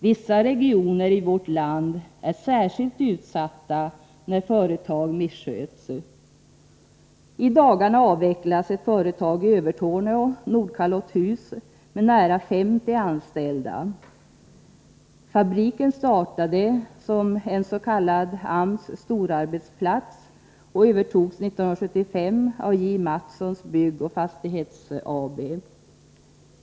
Vissa regioner i vårt land är särskilt utsatta när företag missköts. I dagarna avvecklas ett företag i Övertorneå, Nordkalotthus, med nära 50 anställda. Fabriken startade som en s.k. AMS-storarbetsplats, och övertogs 1975 av JM Byggnads o. Fastighets AB.